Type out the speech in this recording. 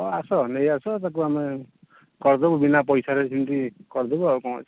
ହଁ ଆସ ନେଇ ଆସ ତାକୁ ଆମେ କରଦେବୁ ବିନା ପଇସାରେ ସେମିତି କରିଦେବୁ ଆଉ କ'ଣ ଅଛି